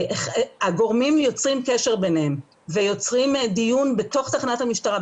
הגורמים יוצרים קשר ביניהם ויוצרים דיון בתוך תחנת המשטרה,